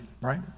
right